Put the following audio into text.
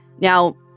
Now